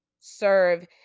serve